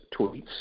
tweets